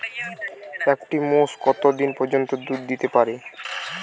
একটি মোষ কত দিন পর্যন্ত দুধ দিতে পারে?